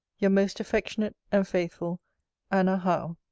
your most affectionate and faithful anna howe.